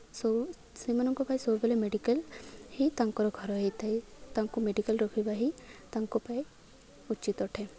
ସବୁ ସେମାନଙ୍କ ପାଇଁ ସବୁବେଳେ ମେଡ଼ିକାଲ୍ ହିଁ ତାଙ୍କର ଘର ହୋଇଥାଏ ତାଙ୍କୁ ମେଡ଼ିକାଲ୍ ରଖିବା ହିଁ ତାଙ୍କ ପାଇଁ ଉଚିତ୍ ଅଟେ